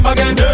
Again